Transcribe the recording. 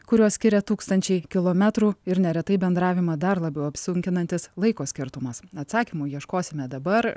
kurios skiria tūkstančiai kilometrų ir neretai bendravimą dar labiau apsunkinantis laiko skirtumas atsakymų ieškosime dabar